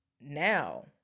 now